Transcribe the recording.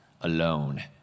alone